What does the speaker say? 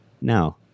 No